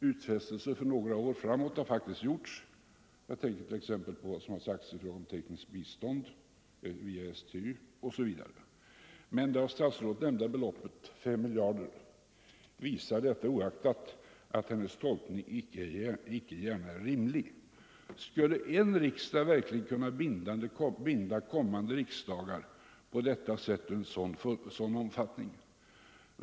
Utfästelser för några år framåt har faktiskt gjorts — jag tänker här t.ex. på vad som hänt beträffande tekniskt bistånd — men det av statsrådet nämnda beloppet 5 miljarder visar detta oaktat att hennes tolkning inte gärna är rimlig. Skulle en riksdag verkligen kunna binda kommande riksdagar på detta sätt och i sådan omfattning?